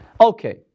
okay